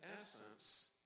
essence